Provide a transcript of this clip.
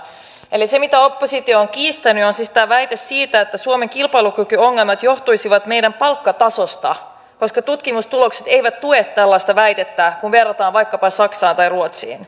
eli se mitä oppositio on kiistänyt on tämä väite siitä että suomen kilpailukykyongelmat johtuisivat meidän palkkatasostamme koska tutkimustulokset eivät tue tällaista väitettä kun verrataan vaikkapa saksaan tai ruotsiin